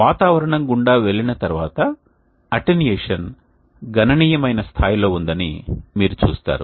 వాతావరణం గుండా వెళ్ళిన తర్వాత అటెన్యుయేషన్ గణనీయమైన స్థాయిలో ఉందని మీరు చూస్తారు